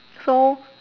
so